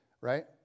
right